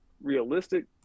realistic